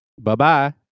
Bye-bye